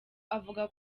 avuga